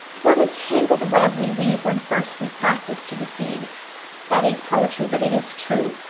what a tangled web we weave when first we practice to deceive that is poetry, but it is true.